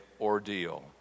ordeal